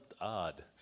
odd